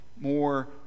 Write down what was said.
more